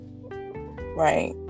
Right